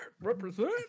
represent